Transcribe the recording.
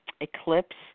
eclipse